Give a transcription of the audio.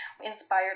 inspired